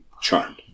charmed